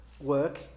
work